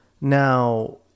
Now